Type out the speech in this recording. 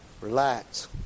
Relax